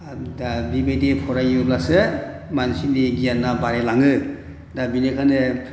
दा बेबायदि फरायोब्लासो मानसिनि गियाना बारायलाङो दा बेनिखायनो